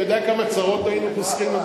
אתה יודע כמה צרות היינו חוסכים,